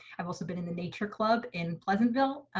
i've also been in the nature club in pleasantville.